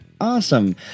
Awesome